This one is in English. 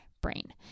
brain